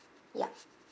ya